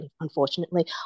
unfortunately